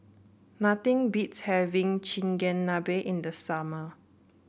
nothing beats having Chigenabe in the summer